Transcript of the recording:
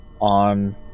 on